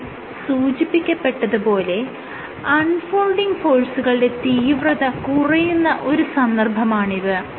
മേൽ സൂചിപ്പിക്കപ്പെട്ടത് പോലെ അൺ ഫോൾഡിങ് ഫോഴ്സുകളുടെ തീവ്രത കുറയുന്ന ഒരു സന്ദർഭമാണിത്